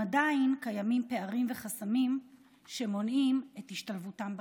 אולם עדיין קיימים פערים וחסמים שמונעים את השתלבותם בחברה.